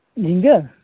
ᱡᱷᱤᱝᱜᱟᱹ